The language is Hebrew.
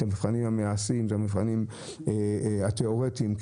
את המבחנים המעשיים ואת המבחנים התיאורטיים למכונים פרטיים,